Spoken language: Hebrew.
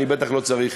בטח שאני לא צריך